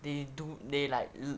they do they like